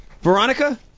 Veronica